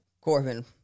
corbin